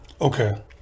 Okay